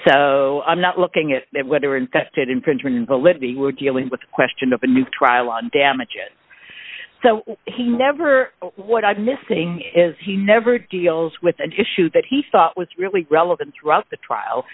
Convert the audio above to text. so i'm not looking at whether infected infringement invalidity were dealing with the question of a new trial on damages so he never what i'm missing is he never deals with an issue that he thought was really relevant throughout the trial